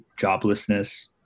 joblessness